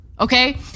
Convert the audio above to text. Okay